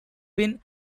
been